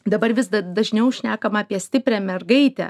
dabar vis dažniau šnekama apie stiprią mergaitę